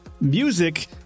Music